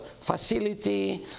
facility